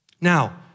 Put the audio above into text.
Now